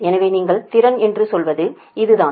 எனவே நீங்கள் திறன் என்று சொல்வது இது தான்